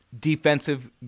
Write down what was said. defensive